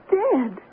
dead